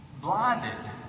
blinded